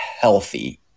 healthy